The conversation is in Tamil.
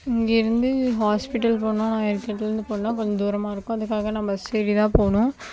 இங்கேயிருந்து ஹாஸ்பிட்டல் போகணும் கொஞ்சம் தூரமாக இருக்கும் அதுக்காக நான் பஸ்ஸேறிதான் போகணும்